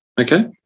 Okay